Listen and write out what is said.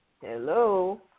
Hello